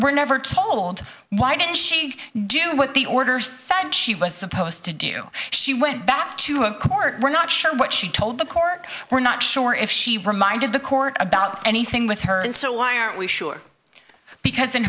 were never told why didn't she do what the order said she was supposed to do she went back to a court we're not sure what she told the court we're not sure if she reminded the court about anything with her and so why aren't we sure because in